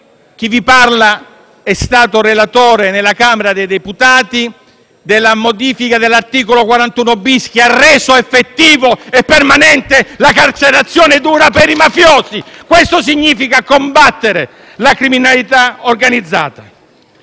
Chi vi parla è stato poi relatore alla Camera deputati della modifica dell'articolo 41-*bis*, che ha reso effettiva e permanente la carcerazione dura per i mafiosi. Questo significa combattere la criminalità organizzata.